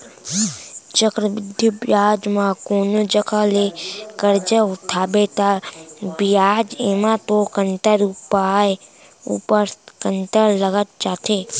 चक्रबृद्धि बियाज म कोनो जघा ले करजा उठाबे ता बियाज एमा तो कंतर ऊपर कंतर लगत जाथे